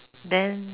then